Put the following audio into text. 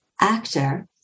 actor